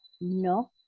No